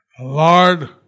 Lord